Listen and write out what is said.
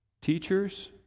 teachers